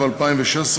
התשע"ו 2016,